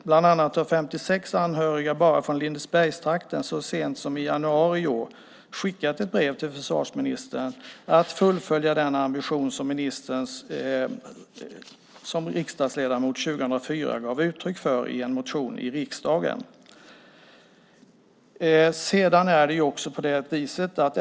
Bland annat har 56 anhöriga bara från Lindesbergstrakten så sent som i januari i år skickat ett brev till försvarsministern om att fullfölja den ambition som ministern som riksdagsledamot gav uttryck för i en motion i riksdagen 2004.